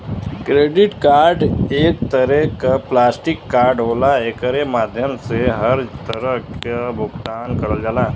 credit card एक तरे क प्लास्टिक कार्ड होला एकरे माध्यम से हर तरह क भुगतान करल जाला